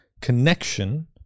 connection